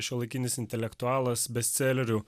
šiuolaikinis intelektualas bestselerių